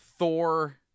Thor